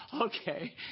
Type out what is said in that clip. okay